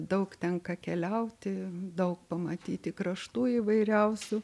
daug tenka keliauti daug pamatyti kraštų įvairiausių